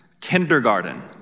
kindergarten